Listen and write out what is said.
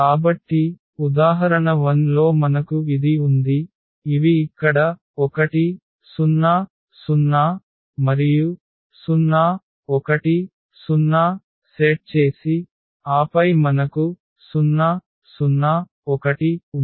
కాబట్టి ఉదాహరణ 1 లో మనకు ఇది ఉంది ఇవి ఇక్కడ 1 0 0 మరియు 0 1 0 సెట్ చేసి ఆపై మనకు 0 0 1 ఉంది